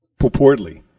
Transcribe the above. Purportedly